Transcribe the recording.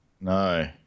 No